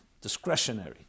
discretionary